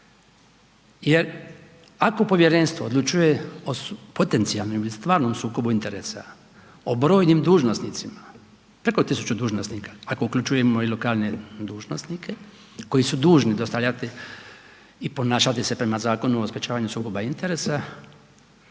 Jer ako povjerenstvo odlučuje o potencijalnom ili stvarnom sukobu interesa o brojnim dužnosnicima, preko 1.000 dužnosnika ako uključujemo i lokalne dužnosnike koji su dužni dostavljati i ponašati se prema Zakonu o sprečavanju sukoba interesa